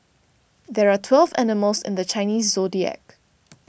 there are twelve animals in the Chinese zodiac